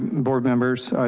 board members.